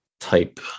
type